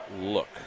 look